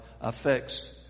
affects